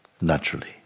naturally